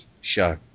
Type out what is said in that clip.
show